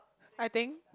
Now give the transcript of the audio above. I think